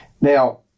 Now